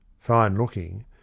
fine-looking